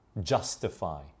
Justify